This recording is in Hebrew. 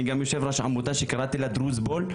אני יושב ראש עמותה שקראתי לה דרוזבול,